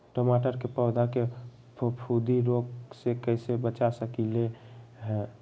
टमाटर के पौधा के फफूंदी रोग से कैसे बचा सकलियै ह?